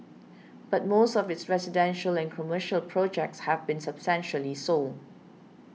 but most of its residential and commercial projects have been substantially sold